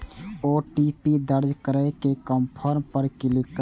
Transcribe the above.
OTP दर्ज करै के कंफर्म पर क्लिक करू